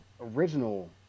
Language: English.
original